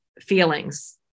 feelings